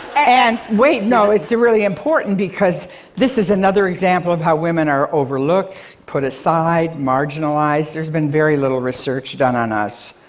and lt wait, no, it's really important because this is another example of how women are overlooked, put aside, marginalized. there's been very little research done on us,